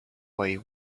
way